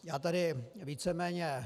Já tady víceméně...